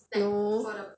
no